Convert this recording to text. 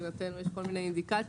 מבחינתנו יש כל מיני אינדיקציות,